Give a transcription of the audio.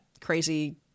crazy